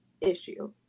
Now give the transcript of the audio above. issue